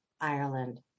Ireland